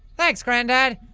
thanks granddad!